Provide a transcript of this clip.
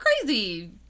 crazy